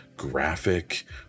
graphic